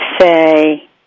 say